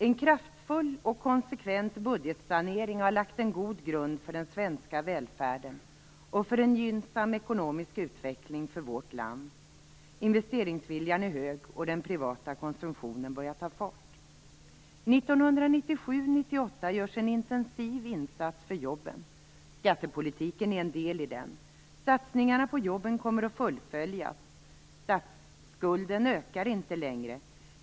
En kraftfull och konsekvent budgetsanering har lagt en god grund för den svenska välfärden och för en gynnsam ekonomisk utveckling för vårt land. Investeringsviljan är hög och den privata konsumtionen börjar ta fart. Åren 1997-1998 görs en intensiv insats för jobben. Skattepolitiken är en del i den. Satsningarna på jobben kommer att fullföljas. Statsskulden ökar inte längre.